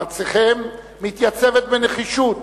ארצכם מתייצבת בנחישות